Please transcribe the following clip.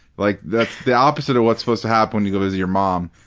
like, that's the opposite of what's supposed to happen when you go visit your mom.